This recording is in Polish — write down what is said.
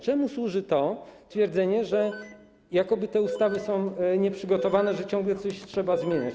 Czemu służy twierdzenie, że jakoby te ustawy są nieprzygotowane, że ciągle coś trzeba zmieniać?